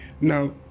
Now